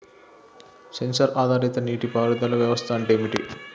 Censor ఆధారిత నీటి పారుదల వ్యవస్థ అంటే ఏమిటి?